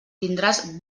tindràs